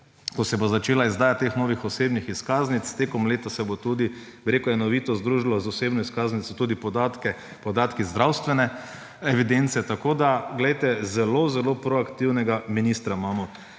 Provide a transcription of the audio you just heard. ko se bo začela izdaja teh novih osebnih izkaznic. Tekom leta se bo tudi, bi rekel, enovito združilo z osebno izkaznico tudi podatke zdravstvene evidence. Tako glejte, zelo zelo proaktivnega ministra imamo.